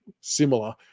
similar